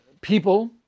people